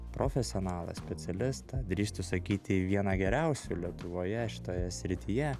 profesionalą specialistą drįstu sakyti vieną geriausių lietuvoje šitoje srityje